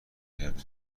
کرده